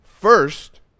First